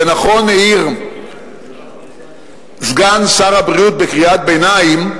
ונכון העיר סגן שר הבריאות בקריאת ביניים,